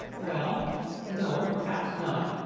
well no, perhaps not.